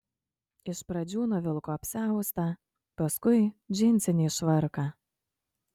iš pradžių nuvilko apsiaustą paskui džinsinį švarką